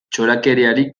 txorakeriarik